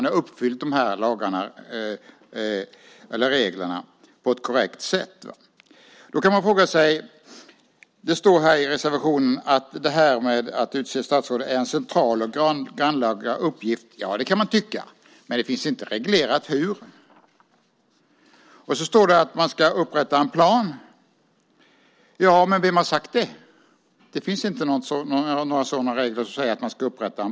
Har lagarna och reglerna uppfyllts på ett korrekt sätt? Det står i reservationen att utseende av statsråd är en central och grannlaga uppgift. Ja, det kan man tycka. Men det finns inte reglerat hur. Det står att man ska upprätta en plan. Men vem har sagt det? Det finns inte några regler som säger att en plan ska upprättas.